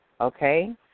okay